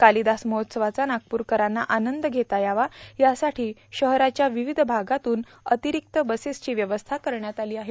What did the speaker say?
कालिदास महोत्सवाचा नागपुरकरांना आनंद घेता यावा यासाठी शहराच्या विविध भागातून अतिरिक्त बसेस सोडण्यात येणार आहेत